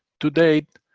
to date,